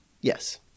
Yes